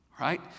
Right